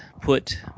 put